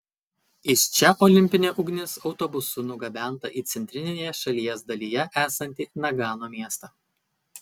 iš čia olimpinė ugnis autobusu nugabenta į centrinėje šalies dalyje esantį nagano miestą